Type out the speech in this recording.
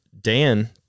Dan